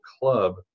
Club